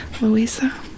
Louisa